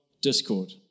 discord